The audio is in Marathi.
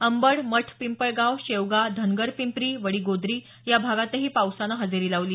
अंबड मठपिंपळगाव शेवगा धनगरपिंप्री वडीगोद्री या भागातही पावसानं हजेरी लावली